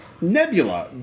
Nebula